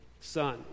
son